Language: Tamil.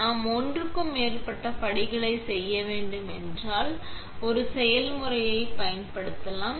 நாம் ஒன்றுக்கு மேற்பட்ட படிகளை செய்ய வேண்டும் என்றால் ஒரு செய்முறையைப் பயன்படுத்தலாம்